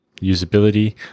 usability